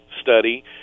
study